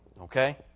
Okay